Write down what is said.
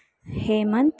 Hemant